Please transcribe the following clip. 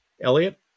Elliot